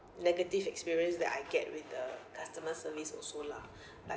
negative experience that I get with the customer service also lah like